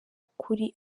ukuri